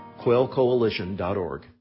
quailcoalition.org